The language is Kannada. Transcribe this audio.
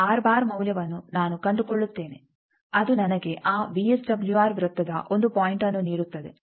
ಆದ್ದರಿಂದ ಮೌಲ್ಯವನ್ನು ನಾನು ಕಂಡುಕೊಳ್ಳುತ್ತೇನೆ ಅದು ನನಗೆ ಆ ವಿಎಸ್ಡಬ್ಲ್ಯೂಆರ್ ವೃತ್ತದ 1 ಪಾಯಿಂಟ್ಅನ್ನು ನೀಡುತ್ತದೆ